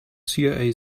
cia